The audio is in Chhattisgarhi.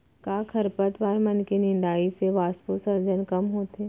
का खरपतवार मन के निंदाई से वाष्पोत्सर्जन कम होथे?